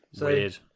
Weird